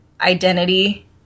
identity